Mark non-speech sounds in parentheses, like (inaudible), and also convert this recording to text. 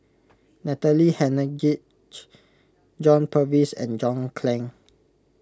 Natalie Hennedige (noise) John Purvis and John Clang